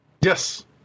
Yes